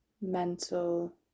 mental